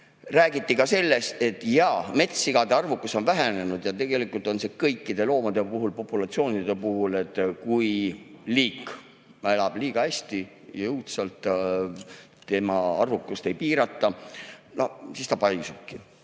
Räägiti ka sellest, et jaa, metssigade arvukus on vähenenud. Tegelikult on see kõikide loomade puhul, populatsioonide puhul nii, et kui liik elab liiga hästi, tema arvukust jõudsalt ei piirata, siis ta paisubki.